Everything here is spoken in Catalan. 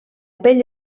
pell